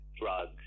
drugs